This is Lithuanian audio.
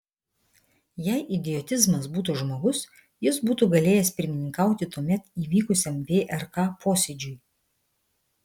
jei idiotizmas būtų žmogus jis būtų galėjęs pirmininkauti tuomet įvykusiam vrk posėdžiui